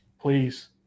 Please